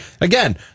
Again